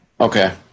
Okay